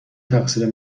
تقصیر